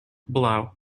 blow